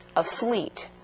a fleet.